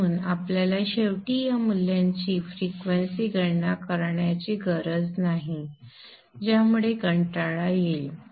म्हणून आपल्याला शेवटी या मूल्यांची वारंवार गणना करण्याची गरज नाही ज्यामुळे कंटाळा येईल